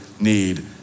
need